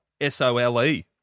S-O-L-E